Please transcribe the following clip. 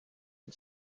and